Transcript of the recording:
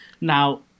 Now